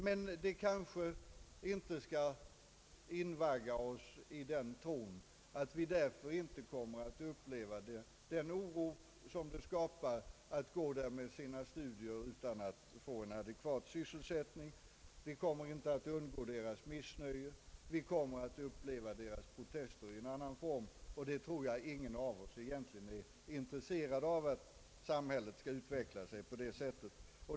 Men detta bör inte invagga oss i den tron att vi av den anledningen inte kommer att få uppleva den oro som skapas av att man går där med sina studier utan att få en adekvat sysselsättning. Vi kommer inte att undgå deras missnöje. Vi kommer att uppleva deras protester i en annan form, och jag tror inte att någon av oss egentligen är intresserad av att samhället skall utvecklas på detta sätt.